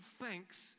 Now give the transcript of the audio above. thanks